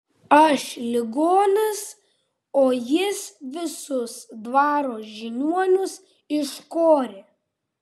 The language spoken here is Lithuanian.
aš ligonis o jis visus dvaro žiniuonius iškorė